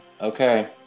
okay